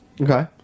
Okay